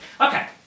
Okay